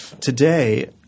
today